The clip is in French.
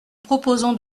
proposons